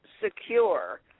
secure